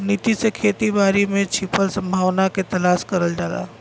नीति से खेती बारी में छिपल संभावना के तलाश करल जाला